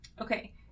okay